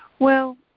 well,